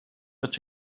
but